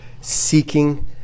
seeking